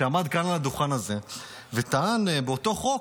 שעמד כאן על הדוכן הזה וטען באותו חוק,